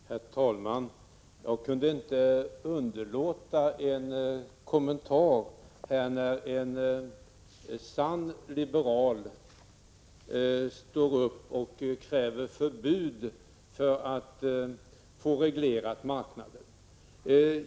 Herr talman! Jag kan inte underlåta att göra en kommentar när en sann liberal står upp och kräver förbud för att kunna reglera marknaden.